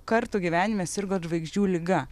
kartų gyvenime sirgot žvaigždžių liga